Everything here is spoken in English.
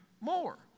more